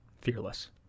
Fearless